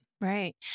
right